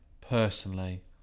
personally